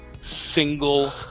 single